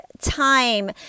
time